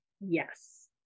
yes